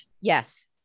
Yes